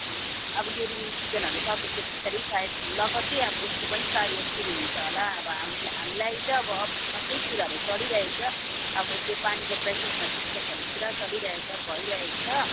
अब यो रेनी सिजनहरू सकिएको पछाडि सायद लगत्तै अब यसको पनि कार्य सुरु हुन्छ होला अब हाम हामीलाई चाहिँ अब अफिसहरूमा त्यही कुराहरू चलिरहेको छ अब त्यो पानीको क्राइसिसमा डिस्कसहरू पुरा चलिरहेछ भइरहेको छ